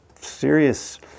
serious